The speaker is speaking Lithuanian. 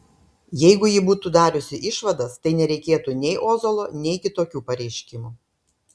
jeigu ji būtų dariusi išvadas tai nereikėtų nei ozolo nei kitokių pareiškimų